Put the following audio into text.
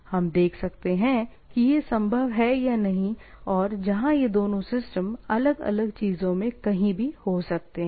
हम देख सकते हैं कि यह संभव है या नहीं और जहां ये दोनों सिस्टम अलग अलग चीजों में कहीं भी हो सकते हैं